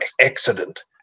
accident